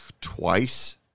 twice